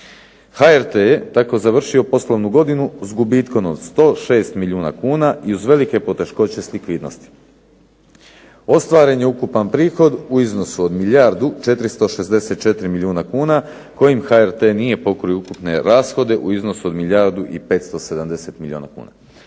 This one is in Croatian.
HRT je tako završio poslovnu godinu s gubitkom od 106 milijuna kuna i uz velike poteškoće s likvidnosti. Ostvaren je ukupan prihod u iznosu od milijardu 464 milijuna kuna kojim HRT nije pokrio ukupne rashode u iznosu od milijardu i 570 milijuna kuna.